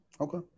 Okay